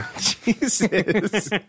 Jesus